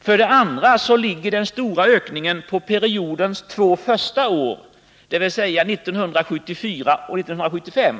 För det andra ligger den stora ökningen på periodens två första år, dvs. 1974 och 1975.